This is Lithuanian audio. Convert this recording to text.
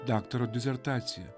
daktaro disertaciją